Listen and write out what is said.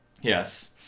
Yes